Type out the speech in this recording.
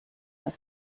her